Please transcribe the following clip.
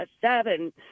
seven